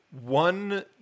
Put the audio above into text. one